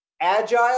Agile